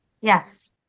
yes